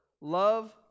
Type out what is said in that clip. love